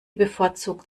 bevorzugt